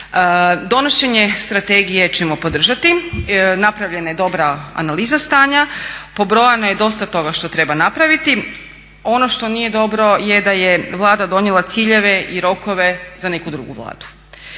Donošenje strategije ćemo podržati, napravljena je dobra analiza stanja, pobrojano je dosta toga što treba napraviti. Ono što nije dobro je da je Vlada donijela ciljeve i rokove za neku drugu Vladu.